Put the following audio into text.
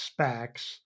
SPACs